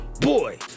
Boy